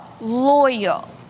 loyal